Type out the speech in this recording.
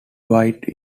wide